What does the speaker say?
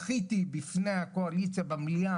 בכיתי בפני הקואליציה במליאה,